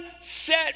set